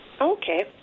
Okay